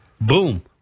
Boom